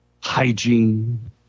hygiene